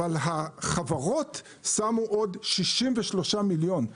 אבל החברות שמו עוד 63 מיליון.